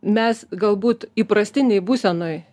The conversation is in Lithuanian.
mes galbūt įprastinėj būsenoj